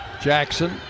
Jackson